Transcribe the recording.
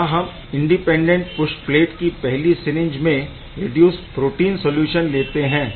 यहाँ हम independent push plates की पहली सिरिंज में रिड्यूस्ड प्रोटीन सौल्यूशन लेते हैं